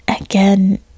Again